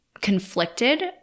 conflicted